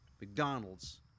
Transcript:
McDonald's